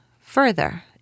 further